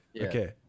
okay